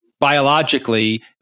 biologically